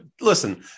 listen